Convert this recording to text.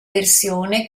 versione